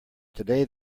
today